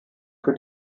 für